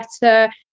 better